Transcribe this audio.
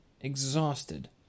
exhausted